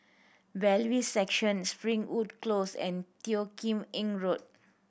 Bailiffs' Section Springwood Close and Teo Kim Eng Road